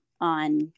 on